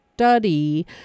Study